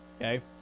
okay